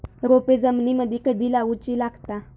रोपे जमिनीमदि कधी लाऊची लागता?